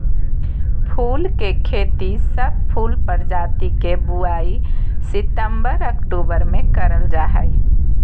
फूल के खेती, सब फूल प्रजाति के बुवाई सितंबर अक्टूबर मे करल जा हई